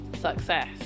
success